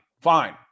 fine